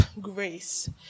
grace